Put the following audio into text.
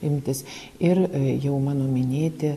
imtis ir jau mano minėti